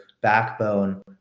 backbone